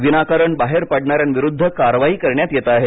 विनाकारण बाहेर पडणाऱ्यांविरूद्ध कारवाई करण्यात येत आहे